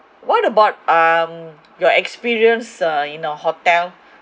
what about um your experience uh you know hotel